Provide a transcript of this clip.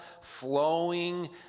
flowing